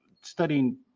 studying